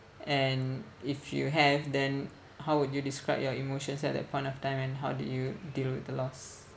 and if you have then how would you describe your emotions at that point of time and how did you deal with the loss